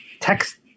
text